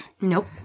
Nope